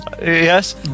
Yes